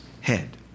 head